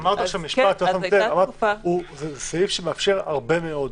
אמרת עכשיו משפט, זה סעיף שמאפשר הרבה מאוד.